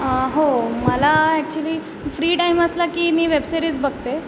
हो हो मला ॲक्च्युली फ्री टाईम असला की मी वेबसिरीज बघते